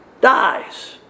Dies